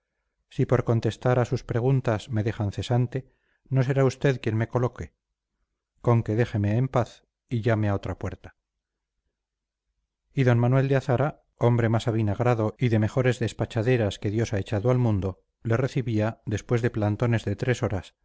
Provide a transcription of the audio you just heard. si por contestar a sus preguntas me dejan cesante no será usted quien me coloque con que déjeme en paz y llame a otra puerta y d manuel de azara hombre más avinagrado y de mejores despachaderas que dios ha echado al mundo le recibía después de plantones de tres horas